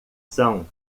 são